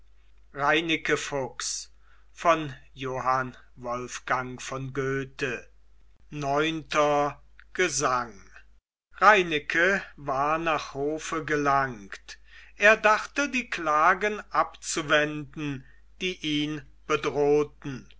neunter gesang reineke war nach hofe gelangt er dachte die klagen abzuwenden die ihn bedrohten